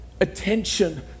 Attention